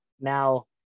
now